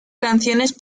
canciones